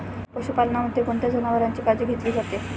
पशुपालनामध्ये कोणत्या जनावरांची काळजी घेतली जाते?